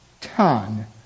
Ton